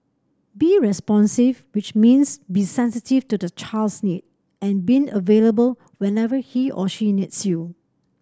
be responsive which means be sensitive to the child's need and being available whenever he or she needs you